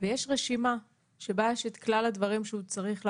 ויש רשימה שבה יש כלל הדברים שהוא צריך לעשות.